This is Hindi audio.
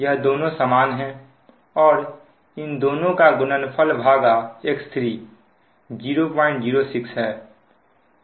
यह दोनों समान है और इन दोनों का गुणनफल भागा X3 006 है